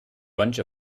bunch